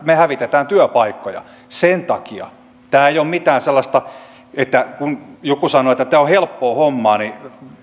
me hävitämme työpaikkoja sen takia tämä ei ole mitään sellaista kun joku sanoo että tämä on helppoa hommaa niin